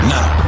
Now